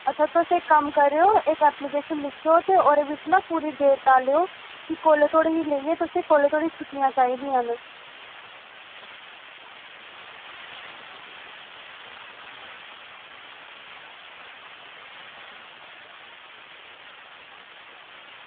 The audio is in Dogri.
अच्छा तुस इक कम्म करेओ इक ऐप्लीकेशन लिखेओ ते ओह्दे बिच्च ना पूरी डिटेल डालेओ कि कोल्लै धोड़ी लेइयै कौल्ले धोड़ी तगर तुसेंगी छुट्टियां चाहिदियां न